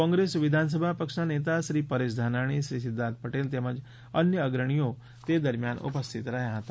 કોંગ્રેસ વિધાન સભા પક્ષના નેતા શ્રી પરેશ ધાનાણી શ્રી સિધ્ધાર્થ પટેલ તેમજ અન્ય અગ્રણીઓ તે દરમિયાન ઉપસ્થિત હતા